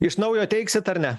iš naujo teiksit ar ne